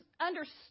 understood